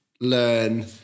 learn